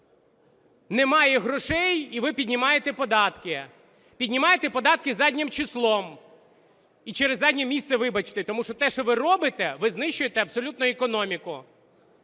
немає грошей і ви піднімаєте податки, піднімаєте податки заднім числом і через заднє місце, вибачте, тому що те, що ви робите, ви знищуєте абсолютно економіку